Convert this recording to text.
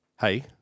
hey